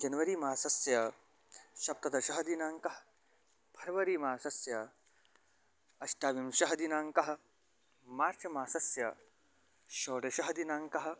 जनवरिमासस्य शप्तदशः दिनाङ्कः फर्वरीमासस्य अष्टविंशः दिनाङ्कः मार्च्मासस्य षोडशः दिनाङ्कः